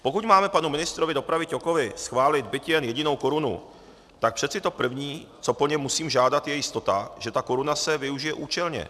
Pokud máme panu ministrovi dopravy Ťokovi schválit byť jen jedinou korunu, tak přeci to první, co po něm musím žádat, je jistota, že ta koruna se využije účelně.